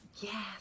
Yes